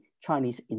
Chinese